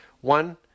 One